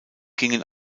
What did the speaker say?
gingen